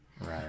Right